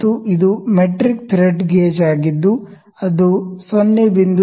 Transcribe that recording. ಮತ್ತು ಇದು metric thread gauge ಆಗಿದ್ದು ಅದು 0